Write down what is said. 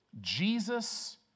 Jesus